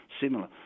similar